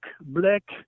black